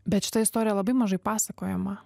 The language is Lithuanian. bet šita istorija labai mažai pasakojama